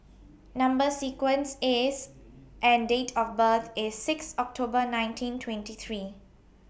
Number sequence IS and Date of birth IS six October nineteen twenty three